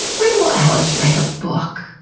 when will allis write a book?